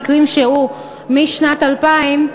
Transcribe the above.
מקרים שאירעו משנת 2000,